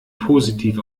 positiv